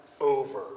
over